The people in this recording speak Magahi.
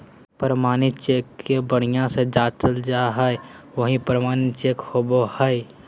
प्रमाणित चेक के बढ़िया से जाँचल जा हइ उहे प्रमाणित चेक होबो हइ